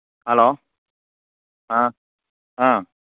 hello ꯑꯥ ꯑꯥ